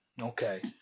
okay